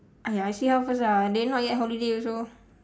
!aiya! I see how first ah they not yet holiday also